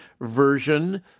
version